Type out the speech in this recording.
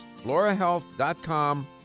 florahealth.com